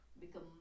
become